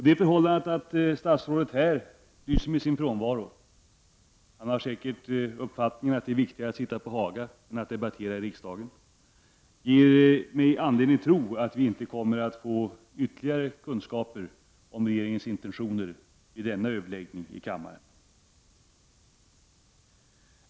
Det förhållande att statsrådet lyser med sin frånvaro — han har säkert uppfattningen att det är viktigare att sitta på Haga än att debattera i riksdagen — ger mig anledning att tro att vi inte kommer att få ytterligare kunskap om regeringens intentioner vid denna överläggning i kammaren.